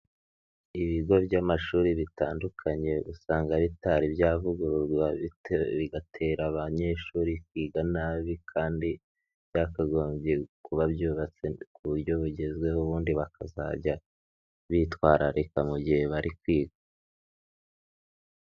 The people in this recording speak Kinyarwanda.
Ibigo by'amashuri bitandukanye usanga bitari byavugururwa bigatera abanyeshuri kwiga nabi kandi byakagombye kuba byubatse ku buryo bugezweho ubundi bakazajya bitwararika mu gihe bari kwiga.